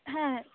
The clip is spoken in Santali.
ᱦᱮᱸ